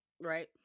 right